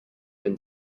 been